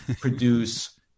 produce